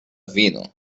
vino